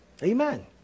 Amen